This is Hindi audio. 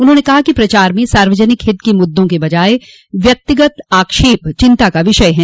उन्होंने कहा कि प्रचार में सार्वजनिक हित के मुद्दों के बजाय व्यक्तिगत आक्षेप चिंता का विषय है